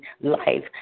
life